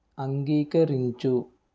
అంగీకరించు